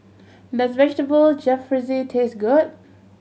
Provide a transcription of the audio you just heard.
does Vegetable Jalfrezi taste good